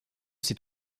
ses